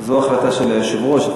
זו ההחלטה של היושב-ראש.